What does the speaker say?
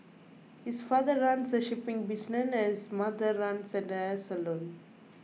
his father runs a shipping business and his mother runs a hair salon